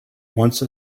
once